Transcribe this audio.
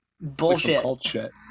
bullshit